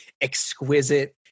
exquisite